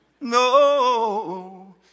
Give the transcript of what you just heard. No